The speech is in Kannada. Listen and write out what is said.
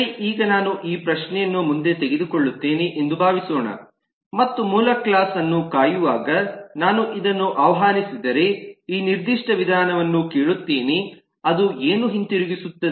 ಸರಿ ಈಗ ನಾನು ಈ ಪ್ರಶ್ನೆಯನ್ನು ಮುಂದೆ ತೆಗೆದುಕೊಳ್ಳುತ್ತೇನೆ ಎಂದು ಭಾವಿಸೋಣ ಮತ್ತು ಮೂಲ ಕ್ಲಾಸ್ ಅನ್ನು ಕಾಯುವಾಗ ನಾನು ಇದನ್ನು ಆಹ್ವಾನಿಸಿದರೆ ಈ ನಿರ್ದಿಷ್ಟ ವಿಧಾನವನ್ನು ಕೇಳುತ್ತೇನೆ ಅದು ಏನು ಹಿಂದಿರುಗಿಸುತ್ತದೆ